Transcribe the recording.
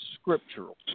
scriptural